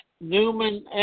Newman